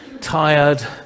tired